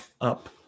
up